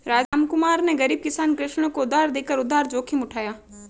रामकुमार ने गरीब किसान कृष्ण को उधार देकर उधार जोखिम उठाया